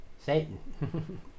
Satan